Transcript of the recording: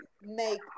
make